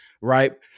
right